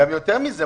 גם יותר מזה,